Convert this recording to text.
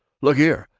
look here!